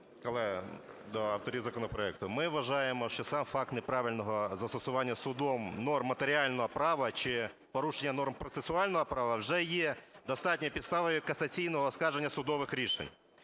Колеги, до авторів законопроекту, ми вважаємо, що сам факт неправильного застосування судом норм матеріального права чи порушення норм процесуального права вже є достатньою підставою касаційного оскарження судових рішень.